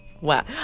wow